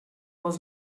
was